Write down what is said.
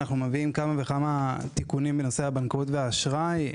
אנחנו מביאים כמה וכמה תיקונים בנושא הבנקאות והאשראי.